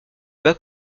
bas